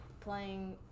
playing